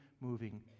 moving